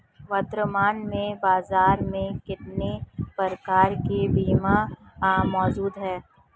वर्तमान में बाज़ार में कितने प्रकार के बीमा मौजूद हैं?